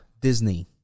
Disney